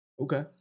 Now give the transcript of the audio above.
Okay